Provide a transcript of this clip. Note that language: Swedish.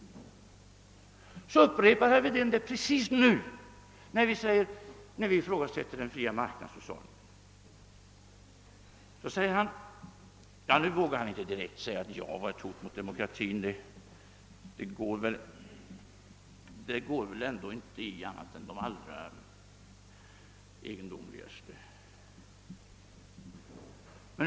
Herr Wedén upprepar det nu, när vi ifrågasätter den fria marknadshushållningen. Nu vågar han inte direkt säga att jag är ett hot mot demokratin — det skulle väl inte gå i annat än de allra enfaldigaste.